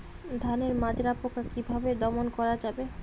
ধানের মাজরা পোকা কি ভাবে দমন করা যাবে?